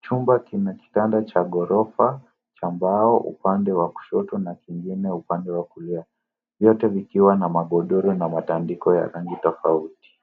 Chumba kina kitanda cha ghorofa cha mbao upande wa kushoto kingine upande wa kulia, vyote vikiwa na magodoro na matandiko ya rangi tofauti.